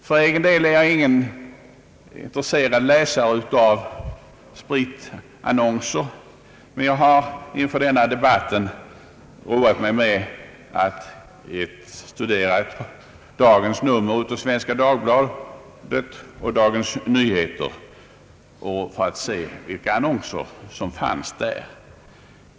För egen del är jag ingen intresserad läsare av spritannonser, men jag har inför denna debatt roat mig med att studera dagens nummer av Svenska Dagbladet och Dagens Nyheter för att se vilka annonser som finns där.